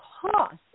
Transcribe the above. cost